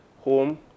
home